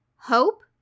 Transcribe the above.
hope